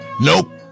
Nope